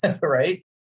right